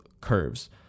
curves